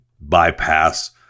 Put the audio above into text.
bypass